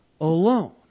alone